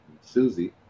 Susie